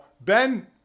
Ben